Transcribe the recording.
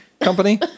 company